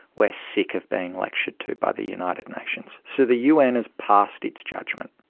we're sick of being lectured to by the united nations. so the un has passed its judgement.